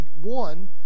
One